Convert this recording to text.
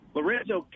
Lorenzo